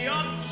up